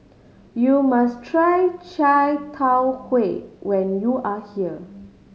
you must try chai tow kway when you are here